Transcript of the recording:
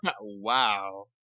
Wow